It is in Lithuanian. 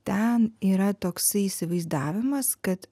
ten yra toksai įsivaizdavimas kad